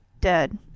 dead